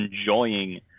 enjoying